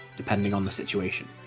depending on the situation.